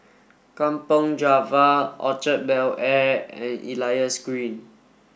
Kampong Java Orchard Bel Air and Elias Green